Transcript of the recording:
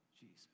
Jesus